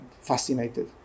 fascinated